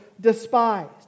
despised